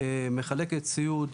מחלקת ציוד,